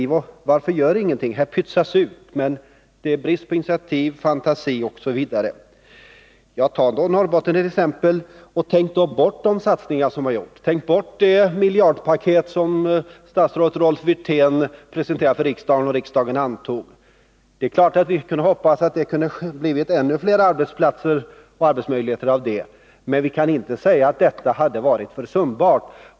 Han frågar varför det inte görs någonting och säger att det pytsas ut stöd men att det råder brist på initiativ, fantasi osv. Tag då Norrbotten och tänk bort de satsningar som gjorts! Tänk bort det miljardpaket som statsrådet Rolf Wirtén presenterade för riksdagen och som riksdagen antog. Det är klart att vi kunde hoppas att det skulle bli ännu fler arbetstillfällen. Men vi kan inte säga att denna satsning är försumbar.